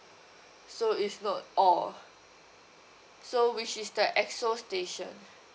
so it's not all so which is the esso station